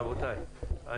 רבותיי,